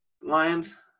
Lions